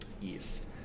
yes